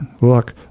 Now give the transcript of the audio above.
look